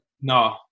No